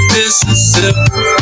Mississippi